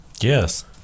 Yes